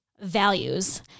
values